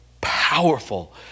powerful